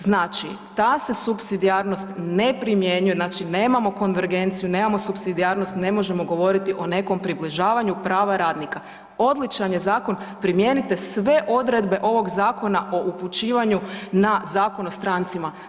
Znači, ta se supsidijarnost ne primjenjuje, znači nemamo konvergenciju, nemamo supsidijarnost, ne možemo govoriti o nekom približavanju prava radnika, odličan je zakon, primijenite sve odredbe ovog zakona o upućivanju na Zakon o strancima.